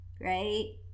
right